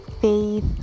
faith